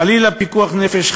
חלילה פיקוח נפש,